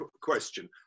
question